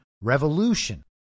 revolution